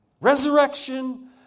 Resurrection